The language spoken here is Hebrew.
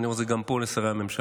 ואני אומר את זה גם פה לשרי הממשלה: